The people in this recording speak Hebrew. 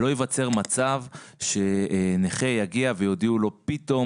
שלא ייווצר מצב שנכה יגיע ויודיע לו פתאום